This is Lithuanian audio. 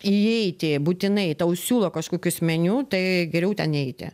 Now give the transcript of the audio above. įeiti būtinai tau siūlo kažkokius meniu tai geriau ten neiti